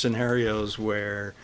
scenarios where